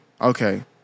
Okay